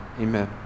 Amen